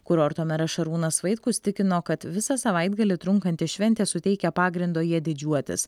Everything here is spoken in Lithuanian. kurorto meras šarūnas vaitkus tikino kad visą savaitgalį trunkanti šventė suteikia pagrindo ja didžiuotis